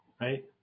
right